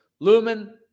Lumen